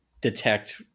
detect